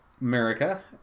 America